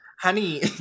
honey